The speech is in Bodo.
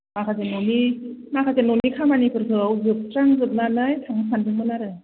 माखासे न'नि माखासे न'नि खामानिफोरखौ जोबस्रांजोबनानै थांनो सान्दोंमोन आरो